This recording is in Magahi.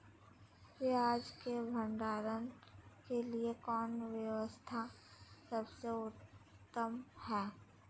पियाज़ के भंडारण के लिए कौन व्यवस्था सबसे उत्तम है?